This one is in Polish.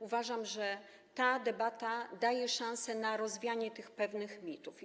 Uważam, że ta debata daje szansę na rozwianie pewnych mitów.